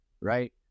right